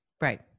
right